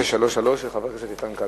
מס' 633, של חבר הכנסת איתן כבל.